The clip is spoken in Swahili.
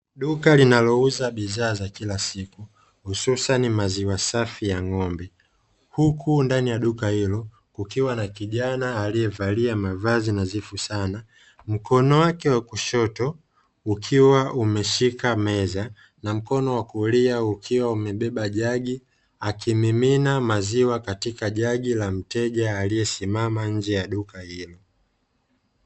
Duka linalouza bidhaa za kila siku hususan maziwa safi ya ng'ombe ,huku ndani ya duka hilo ukiwa na kijana aliyevalia mavazi na dhifu sana ,mkono wake wa kushoto ukiwa umeshika meza na mkono wa kulia ukiwa umebeba jagi akimimina maziwa katika jagi la mteja aliyesimama nje ya duka hilo.